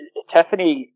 Tiffany